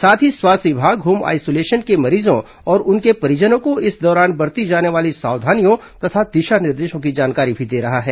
साथ ही स्वास्थ्य विभाग होम आइसोलेशन के मरीजों और उनके परिजनों को इस दौरान बरती जाने वाली सावधानियों तथा दिशा निर्देशों की जानकारी भी दे रहा है